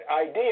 idea